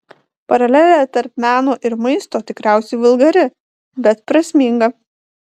paralelė tarp meno ir maisto tikriausiai vulgari bet prasminga